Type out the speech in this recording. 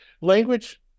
language